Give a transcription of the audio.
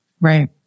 right